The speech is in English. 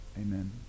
Amen